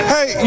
Hey